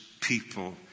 people